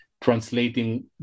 translating